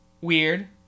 Weird